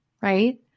right